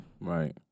Right